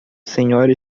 senhora